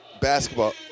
Basketball